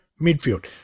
midfield